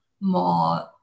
more